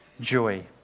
joy